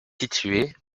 située